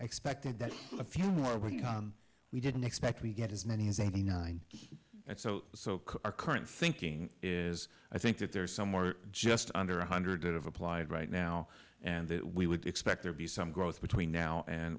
expected that a few more but we didn't expect we get as many as eighty nine and so so our current thinking is i think that there is somewhere just under one hundred that have applied right now and that we would expect there be some growth between now and